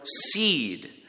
seed